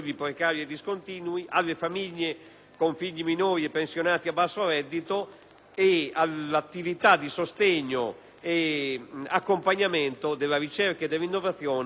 all'attività di sostegno ed accompagnamento della ricerca e dell'innovazione delle piccole e medie imprese, data la rilevanza che questo